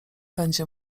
będzie